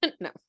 No